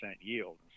yield